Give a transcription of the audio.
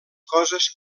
coses